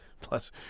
plus